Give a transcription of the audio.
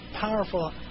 powerful